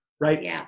right